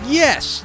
yes